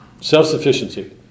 self-sufficiency